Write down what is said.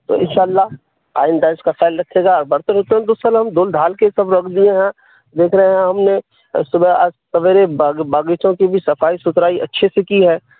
تو ان شاء اللہ آئندہ اس کا خیال رکھے گا اور برتن ورتن تو سل ہم دھل دھال کے سب رکھ دیے ہیں دیکھ رہے ہیں ہم نے صبح آج سویرے باغیچوں کی بھی صفائی ستھرائی اچھے سے کی ہے